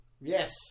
yes